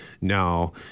no